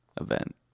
event